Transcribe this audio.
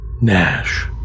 Nash